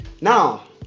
Now